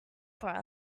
for